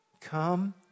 Come